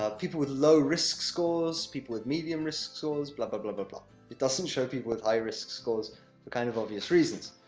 ah people with low risk scores, people with medium risk scores, bla bla bla bla bla. it doesn't show people with high risk scores for, kind of, obvious reasons.